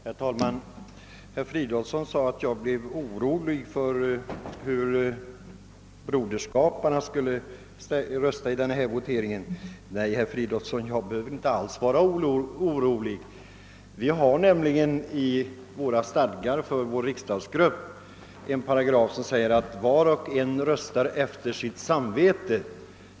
Herr talman! Herr Fridolfsson i Stockholm påstod att jag blev orolig vid tanken på hur broderskaparna skulle rösta i denna fråga. Nej, herr Fridolfsson, jag behöver inte alls vara orolig. Vi har nämligen i stadgarna för vår riksdagsgrupp en paragraf som säger att var och en röstar efter sitt samvete.